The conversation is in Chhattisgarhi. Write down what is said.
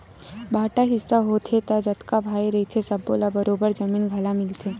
बांटा हिस्सा होथे त जतका भाई रहिथे सब्बो ल बरोबर जमीन जघा मिलथे